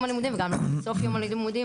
הלימודים וגם לא בסוף יום הלימודים,